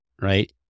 right